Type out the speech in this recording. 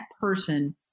person